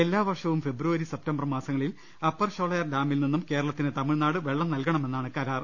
എല്ലാ വർഷവും February September മാസങ്ങളിൽ അപ്പർ ഷോളയാർ ഡാമിൽ നിന്നും കേരള ത്തിന് തമിഴ്നാട് വെള്ളം നൽകണമെന്നാണ് കരാർ